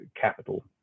Capital